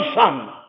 Son